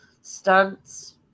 stunts